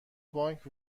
بانک